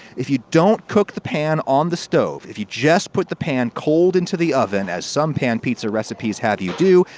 if you don't cook the pan on the stove, if you just put the pan cold into the oven, as some pan pizza recipes have you do,